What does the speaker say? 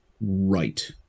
right